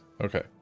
Okay